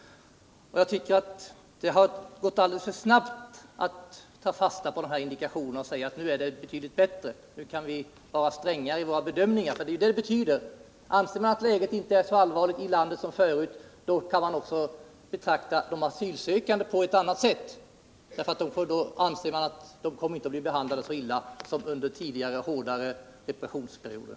Jag tycker att det gått alldeles för snabbt att ta fasta på de här indikationerna och säga att det nu är betydligt bättre, så att vi kan vara strängare i våra bedömningar. Det är ju detta som är innebörden. Anser man att läget i landet inte är så allvarligt som förut, kan man också betrakta de asylsökande på ett annat sätt, eftersom man då kan räkna med att de inte kommer att bli behandlade så illa som under tidigare hårdare repressionsperioder.